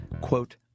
quote